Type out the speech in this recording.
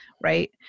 right